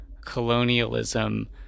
colonialism